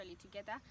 together